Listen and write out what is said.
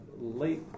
late